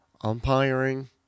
Umpiring